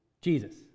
Jesus